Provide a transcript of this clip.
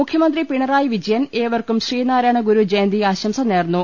മുഖ്യമന്ത്രി പിണറായി വിജയൻ ഏവർക്കും ശ്രീനാരായണഗുരു ജയന്തി ആശംസ നേർന്നു